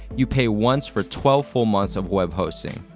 you pay once for twelve full months of web hosting.